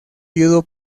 viudo